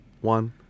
one